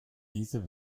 diese